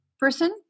person